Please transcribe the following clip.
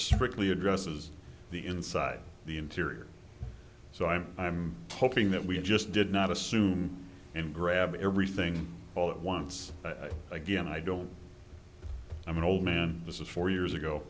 strictly addresses the inside the interior so i'm i'm hoping that we just did not assume and grab everything all at once again i don't i'm an old man this is four years